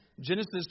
Genesis